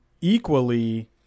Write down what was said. equally